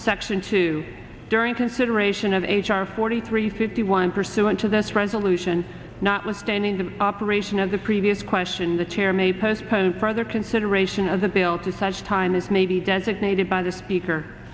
section two during consideration of h r forty three fifty one pursuant to this resolution not withstanding the operation of the previous question the chair may postpone further consideration of the bill to such time as may be designated by the speaker